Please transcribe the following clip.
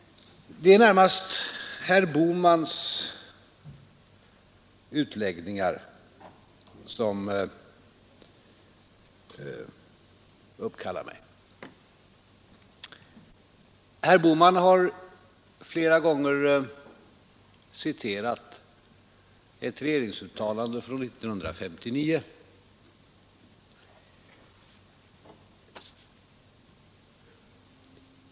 Det var närmast herr Bohmans utläggningar som uppkallade mig. Herr Bohman har flera gånger citerat ett regeringsuttalande från 1959.